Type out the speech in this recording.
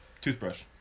Toothbrush